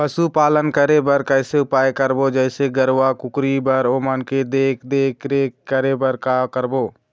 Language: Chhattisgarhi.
पशुपालन करें बर कैसे उपाय करबो, जैसे गरवा, कुकरी बर ओमन के देख देख रेख करें बर का करबो?